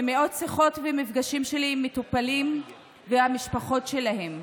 ממאות שיחות ומפגשים שלי עם מטופלים ועם המשפחות שלהם.